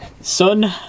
Son